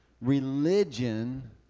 Religion